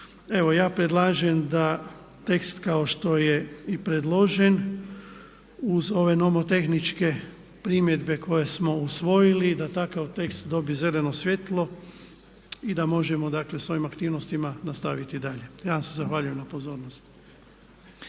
Evo ja predlažem da tekst kao što je i predložen uz ove nomotehničke primjedbe koje smo usvojili da takav tekst dobije zeleno svjetlo i da možemo dakle s ovim aktivnostima nastaviti dalje. Ja vam se zahvaljujem na pozornosti.